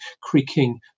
creaking